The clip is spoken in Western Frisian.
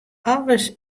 alles